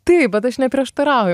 taip bet aš neprieštarauju